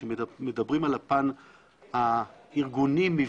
שמדברות על הפן הארגוני-מבני,